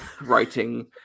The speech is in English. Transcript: writing